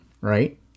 right